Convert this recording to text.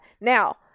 Now